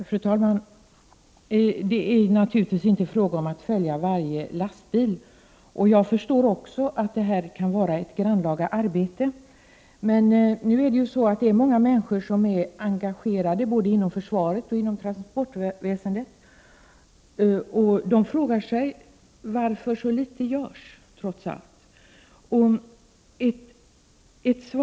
Fru talman! Det är naturligtvis inte fråga om att följa varje lastbil. Jag förstår också att detta kan vara ett grannlaga arbete. Många människor, både inom försvaret och inom transportväsendet, är emellertid engagerade, och de frågar sig varför så litet trots allt görs.